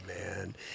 man